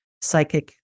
psychic